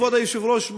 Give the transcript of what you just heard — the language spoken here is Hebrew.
כבוד היושב-ראש,